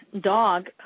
dog